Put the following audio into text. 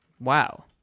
Wow